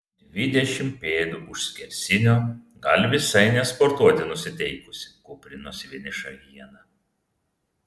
dvidešimt pėdų už skersinio gal visai ne sportuoti nusiteikusi kūprinosi vieniša hiena